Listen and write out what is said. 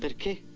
but okay?